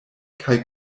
kaj